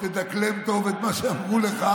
שתדקלם טוב את מה שאמרו לך.